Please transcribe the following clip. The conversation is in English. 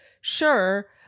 Sure